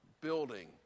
building